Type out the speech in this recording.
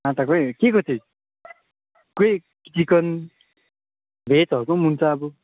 आटाकै केको चाहिँ के चिकन भेजहरूको पनि हुन्छ अब